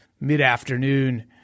mid-afternoon